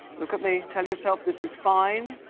lack at me, tell yourself this is fine.